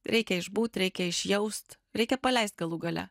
reikia išbūt reikia išjaust reikia paleist galu gale